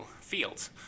fields